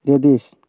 Ratheesh